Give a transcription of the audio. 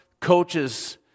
coaches